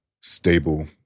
stable